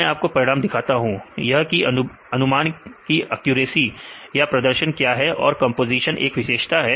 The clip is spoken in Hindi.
मैं आपको परिणाम दिखाता हूं यह की अनुमान की एक्यूरेसी या प्रदर्शन क्या है अगर कंपोजीशन एक विशेषता है तो